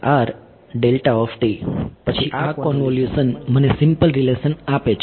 તેથી પછી આ કોન્વોલ્યુશન મને સિમ્પલ રીલેશન આપે છે